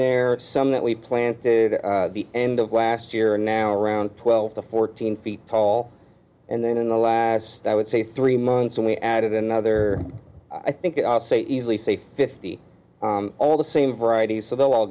there some that we planted at the end of last year are now around twelve to fourteen feet tall and then in the last i would say three months and we added another i think i'll say easily say fifty all the same varieties so they'll all